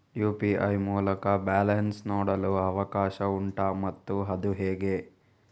UPI ಮೂಲಕ balance ನೋಡಲು ಅವಕಾಶ ಉಂಟಾ ಮತ್ತು ಅದು ಹೇಗೆ?